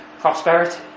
prosperity